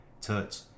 touch